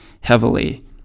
heavily